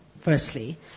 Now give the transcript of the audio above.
firstly